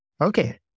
Okay